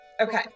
okay